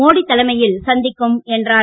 மோடி தலைமையில் சந்திக்கும் என்றார்